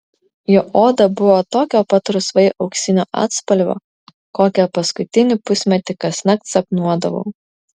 jo oda buvo tokio pat rusvai auksinio atspalvio kokią paskutinį pusmetį kasnakt sapnuodavau